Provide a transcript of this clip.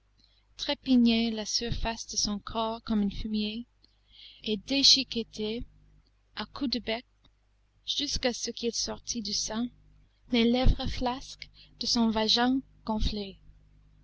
trépignaient la surface de son corps comme un fumier et déchiquetaient à coups de bec jusqu'à ce qu'il sortit du sang les lèvres flasques de son vagin gonflé